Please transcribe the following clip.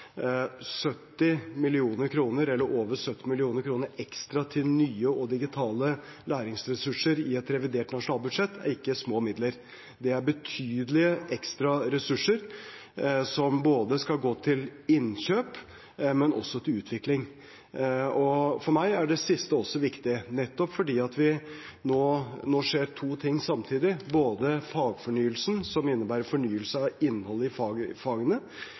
Over 70 mill. kr ekstra til nye og digitale læringsressurser i et revidert nasjonalbudsjett er ikke små midler. Det er betydelige ekstra ressurser, som skal gå både til innkjøp og til utvikling. For meg er det siste også viktig, nettopp fordi det nå skjer to ting samtidig: både fagfornyelsen, som innebærer fornyelse av innholdet i fagene,